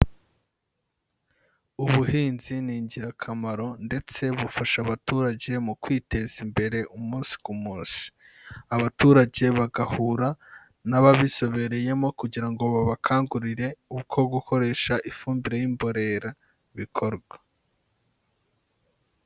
Ubuhinzi ni ingirakamaro ndetse bufasha abaturage mu kwiteza imbere umunsi ku munsi, abaturage bagahura n'ababisubereyemo kugira ngo babakangurire uko gukoresha ifumbire y'imborera bikorwa.